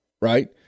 Right